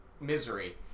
misery